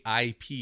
IP